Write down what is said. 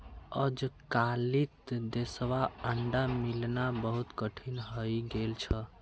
अजकालित देसला अंडा मिलना बहुत कठिन हइ गेल छ